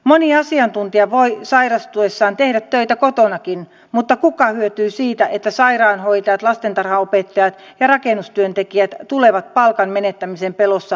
moni asiantuntija voi sairastuessaan tehdä töitä kotonakin mutta kuka hyötyy siitä että sairaanhoitajat lastentarhanopettajat ja rakennustyöntekijät tulevat palkan menettämisen pelossa sairaana töihin